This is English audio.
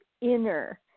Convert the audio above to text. inner